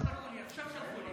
עכשיו שלחו לי.